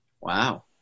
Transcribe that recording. wow